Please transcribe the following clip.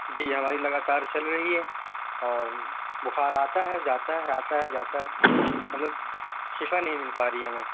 جی ہماری لگاتار چل رہی ہے اور بخار آتا ہے جاتا ہے آتا ہے جاتا ہے مطلب شفا نہیں مل پا رہی ہے ہمیں